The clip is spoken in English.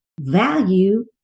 value